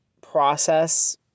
process